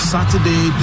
Saturday